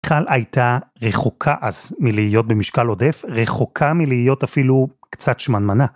מיכל הייתה רחוקה אז מלהיות במשקל עודף, רחוקה מלהיות אפילו קצת שמנמנה.